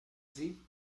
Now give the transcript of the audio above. sie